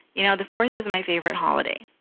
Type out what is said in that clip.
you know, the fourth is my favorite holiday.